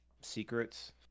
secrets